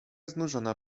znużona